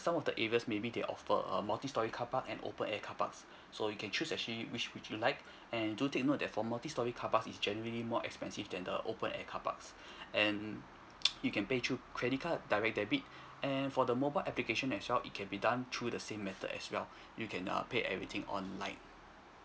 some of the areas maybe they offer multi storey car park and open air car parks so you can choose actually which would you like and do take note that for multi storey car parks is generally more expensive than the open air car parks and you can pay through credit card direct debit and for the mobile application as well it can be done through the same method as well you can err pay everything online